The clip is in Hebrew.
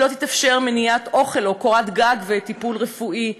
ולא תתאפשר מניעת אוכל או קורת גג וטיפול רפואי,